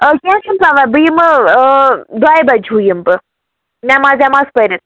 آ کیٚنٛہہ چھُنہٕ پرواے بہٕ یِمہٕ دۄیہِ بَجہِ ہیٛوٗ یِمہٕ بہٕ نٮ۪ماز وٮ۪ماز پٔرِتھ